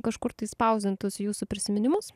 kažkur tai spausdintus jūsų prisiminimus